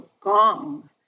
gong